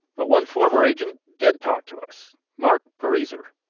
but one former agent did talk to us marc pariser.